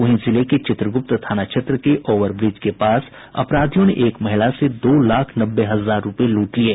वहीं जिले के चित्रगुप्त थाना क्षेत्र के ओवरब्रिज के पास अपराधियों ने एक महिला से दो लाख नब्बे हजार रूपये लूट लिये